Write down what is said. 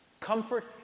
Comfort